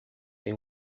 tem